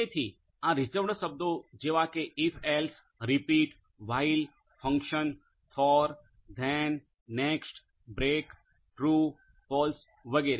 તેથી આ રીઝર્વડ શબ્દો જેવા કે if else repeat while function for then next break true false વગેરે